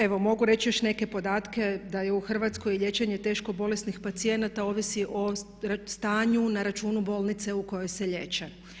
Evo mogu reći još neke podatke da u Hrvatskoj liječenje teško bolesnih pacijenata ovisi o stanju na računu bolnice u kojoj se liječe.